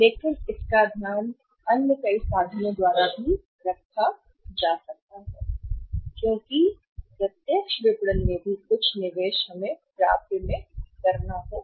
लेकिन इसका ध्यान कई अन्य साधनों द्वारा भी रखा जा सकता है क्योंकि प्रत्यक्ष विपणन में भी कुछ निवेश हमें प्राप्य में करना होगा